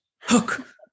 hook